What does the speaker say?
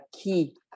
key